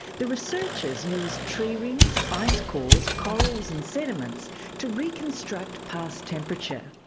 the researchers used tree rings, ice cores, corals and sediments to reconstruct past temperature.